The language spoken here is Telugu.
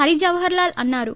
హరి జవహార్ లాల్ అన్నారు